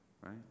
right